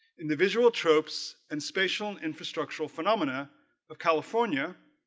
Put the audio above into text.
in the visual tropes and spatial infrastructural phenomena of california